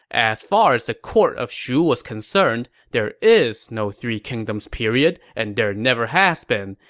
as far as the court of shu was concerned, there is no three kingdoms period, and there never has been.